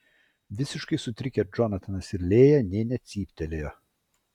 visiškai sutrikę džonatanas ir lėja nė necyptelėjo